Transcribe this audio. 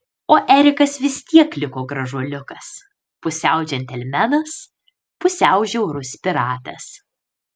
o erikas vis tiek liko gražuoliukas pusiau džentelmenas pusiau žiaurus piratas